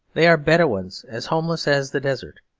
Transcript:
they are bedouins, as homeless as the desert.